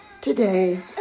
Today